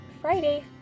Friday